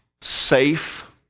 safe